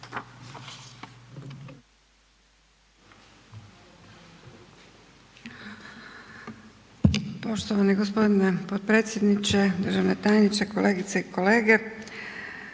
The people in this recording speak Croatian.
Poštovani gospodine potpredsjedniče, državni tajniče, kolegice i kolege.